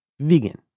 vegan